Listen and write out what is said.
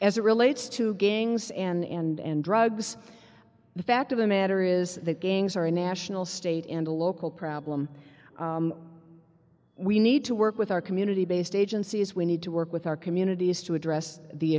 as it relates to gangs and drugs the fact of the matter is that gangs are a national state and a local problem we need to work with our community based agencies we need to work with our communities to address the